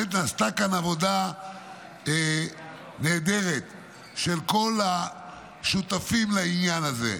ובאמת נעשתה כאן עבודה נהדרת של כל השותפים לעניין הזה.